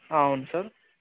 అవును సార్